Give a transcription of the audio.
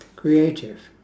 creative